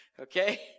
Okay